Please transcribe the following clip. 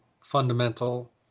fundamental